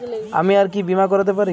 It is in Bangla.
আমি আর কি বীমা করাতে পারি?